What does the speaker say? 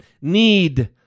need